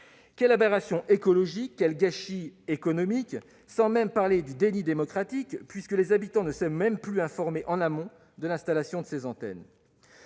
Quelle aberration écologique ! Quel gâchis économique ! Et je ne parle même pas du déni démocratique puisque les habitants ne sont même plus informés en amont de l'installation de ces antennes